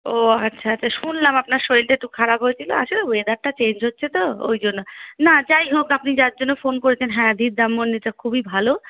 ও আচ্ছা আচ্ছা শুনলাম আপনার শরীরটা একটু খারাপ হয়েছিলো আসলে ওয়েদারটা চেঞ্জ হচ্ছে তো ওই জন্য না যাইহোক আপনি যার জন্য ফোন করছেন হ্যাঁ ধীরধাম মন্দিরটা খুবই ভালো